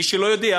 מי שלא יודע,